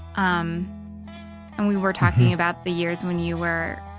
um and we were talking about the years when you were